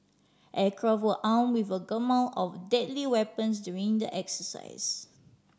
aircraft were arm with a gamut of deadly weapons during the exercise